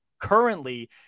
currently